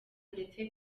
ndetse